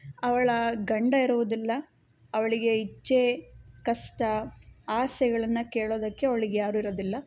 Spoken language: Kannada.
ಅವಳ ಗಂಡ ಇರುವುದಿಲ್ಲ ಅವಳಿಗೆ ಇಚ್ಛೆ ಕಷ್ಟ ಆಸೆಗಳನ್ನು ಕೇಳೋದಕ್ಕೆ ಅವ್ಳಿಗೆ ಯಾರೂ ಇರೋದಿಲ್ಲ